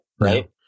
Right